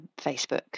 Facebook